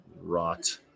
rot